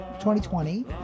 2020